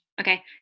Okay